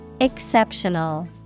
Exceptional